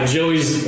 Joey's